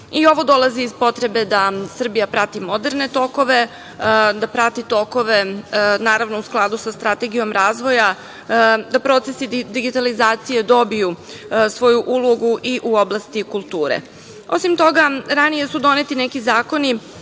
dolazi iz potrebe da Srbija prati moderne tokove, da prati tokove, naravno, u skladu sa Strategijom razvoja, da procesi digitalizacije dobiju svoju ulogu i u oblasti kulture. Osim toga, ranije su doneti neki zakoni